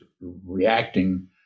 reacting